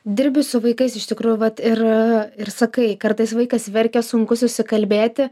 dirbi su vaikais iš tikrųjų vat ir ir sakai kartais vaikas verkia sunku susikalbėti